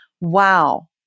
wow